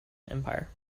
empire